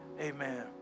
Amen